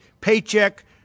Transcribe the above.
Paycheck